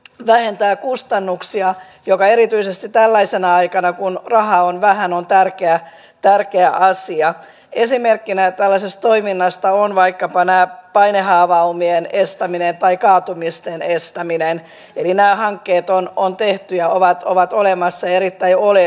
vähentää kustannuksia joka erityisesti tällaisena aikana kun raha on vähän on tärkeä ja tärkeä asia esimerkkinä tällaisesta toiminnasta on vaikkapa jokin tässä yhteiskunnassa tai sen koulutusjärjestelmässä on vialla kun ideoita ei ole